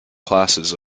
classes